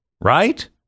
Right